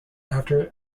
after